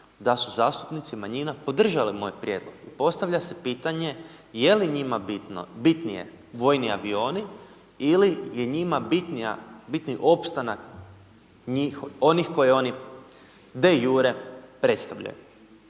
da su zastupnici manjina podržale moj prijedlog. Postavlja se pitanje je li njima bitnije vojni avioni ili je njima bitan opstanak njih, onih koji oni de iure predstavljaju.